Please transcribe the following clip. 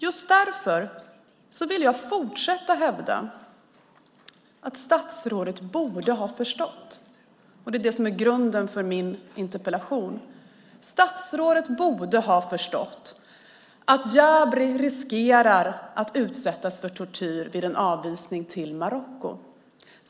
Just därför vill jag fortsätta hävda att statsrådet borde ha förstått, och det är det som är grunden för min interpellation, att Jabri riskerar att utsättas för tortyr vid en avvisning till Marocko.